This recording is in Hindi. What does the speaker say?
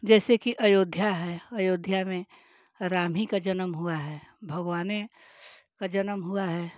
जैसे कि अयोध्या है अयोध्या में राम ही का जन्म हुआ है भगवान का जन्म हुआ है